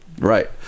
Right